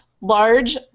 large